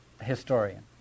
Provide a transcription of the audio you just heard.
historian